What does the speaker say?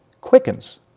quickens